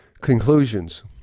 Conclusions